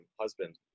husband